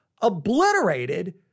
obliterated